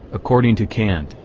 according to kant,